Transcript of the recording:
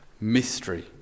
mystery